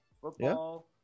football